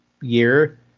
year